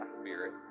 spirit